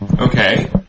Okay